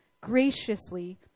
graciously